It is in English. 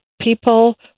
people